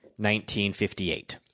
1958